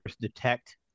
detect